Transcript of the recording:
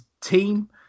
team